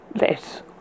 Less